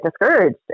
discouraged